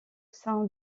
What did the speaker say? sein